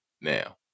now